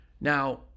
Now